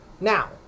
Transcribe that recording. Now